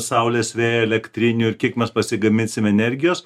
saulės vėjo elektrinių ir kiek mes pasigaminsim energijos